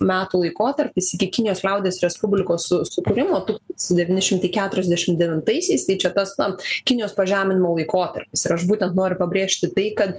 metų laikotarpis iki kinijos liaudies respublikos su sukūrimo tūkstantis devyni šimtai keturiasdešimt devintaisiais tai čia tas na kinijos pažeminimo laikotarpis ir aš būtent noriu pabrėžti tai kad